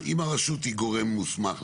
אם הרשות היא גורם מוסמך,